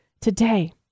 today